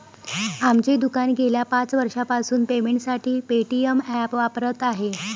आमचे दुकान गेल्या पाच वर्षांपासून पेमेंटसाठी पेटीएम ॲप वापरत आहे